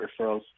referrals